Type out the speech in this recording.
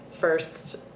first